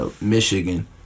Michigan